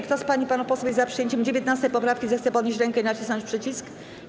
Kto z pań i panów posłów jest za przyjęciem 19. poprawki, zechce podnieść rękę i nacisnąć przycisk.